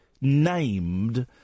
named